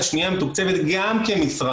משפט אחרון שאני חייב להגיד בשולי הדברים.